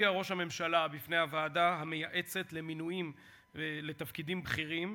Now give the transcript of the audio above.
הופיע ראש הממשלה בפני הוועדה המייעצת למינויים לתפקידים בכירים,